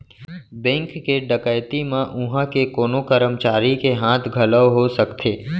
bank के डकैती म उहां के कोनो करमचारी के हाथ घलौ हो सकथे